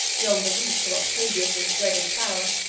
beyond the reach of octavius's dreaded power.